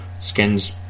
skin's